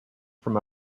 from